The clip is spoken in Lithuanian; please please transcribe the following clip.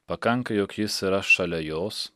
pakanka jog jis yra šalia jos